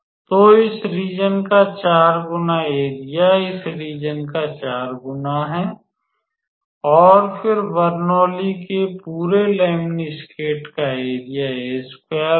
तो इस रीज़न का 4 गुना एरिया इस रीज़न का 4 गुना है और फिर बर्नौली के पूरे लेमनिस्केट का एरिया होगा